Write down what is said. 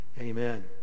Amen